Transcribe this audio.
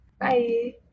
Bye